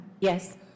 Yes